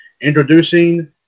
Introducing